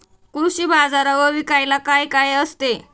कृषी बाजारावर विकायला काय काय असते?